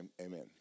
amen